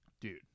Dude